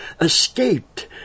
Escaped